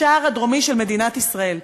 השער הדרומי של מדינת ישראל.